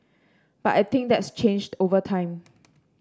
but I think that's changed over time